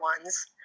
ones